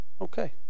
Okay